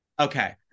Okay